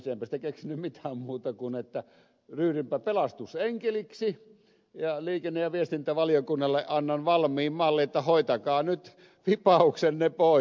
enpä sitten keksinyt mitään muuta kuin että ryhdynpä pelastusenkeliksi ja liikenne ja viestintävaliokunnalle annan valmiin mallin että hoitakaa nyt fibauksenne pois